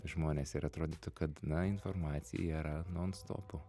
žmones ir atrodytų kad na informacija yra nonstopu